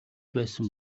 байсан